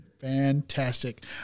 Fantastic